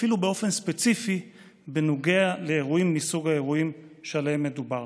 אפילו באופן ספציפי בנוגע לאירועים מסוג האירועים שעליהם מדובר.